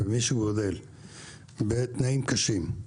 מי שגדל בתנאים קשים,